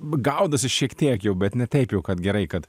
gaudausi šiek tiek jau bet ne taip jau kad gerai kad